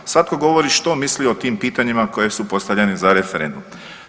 Svatko govori što misli o tim pitanjima koji su postavljeni za referendum.